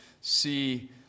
see